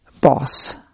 boss